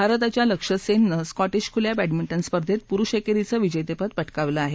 भारताच्या लक्ष्य सेननं स्कोटिश खुल्या बँडमिंटन स्पर्धेत पुरुष एकरीच विजेतं पद पटकावलं आहे